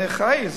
אני אחראי,